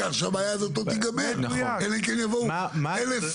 כי ברגע שתעצור את הגל הזה הם יוכלו לחזור לחיי עבודה נורמליים של עובד.